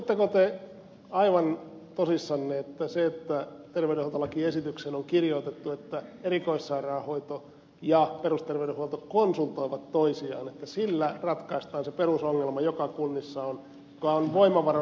uskotteko te aivan tosissanne että sillä mikä terveydenhoitolakiesitykseen on kirjoitettu että erikoissairaanhoito ja perusterveydenhuolto konsultoivat toisiaan ratkaistaan se perusongelma joka kunnissa on ja joka on voimavarojen puute